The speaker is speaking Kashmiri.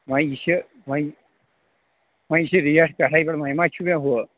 وۄنۍ یہِ چھِ وۄنۍ وۄنۍ چھِ ریٹ پٮ۪ٹھَے پٮ۪ٹھ وۄنۍ مہ چھُ مےٚ ہُہ